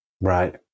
right